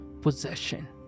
possession